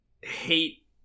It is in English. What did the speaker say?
hate